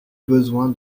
besoin